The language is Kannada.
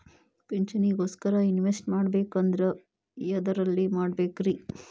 ಪಿಂಚಣಿ ಗೋಸ್ಕರ ಇನ್ವೆಸ್ಟ್ ಮಾಡಬೇಕಂದ್ರ ಎದರಲ್ಲಿ ಮಾಡ್ಬೇಕ್ರಿ?